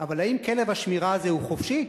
אבל האם כלב השמירה הזה הוא חופשי?